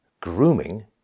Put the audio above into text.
grooming